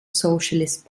socialist